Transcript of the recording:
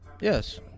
Yes